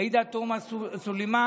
עאידה תומא סלימאן,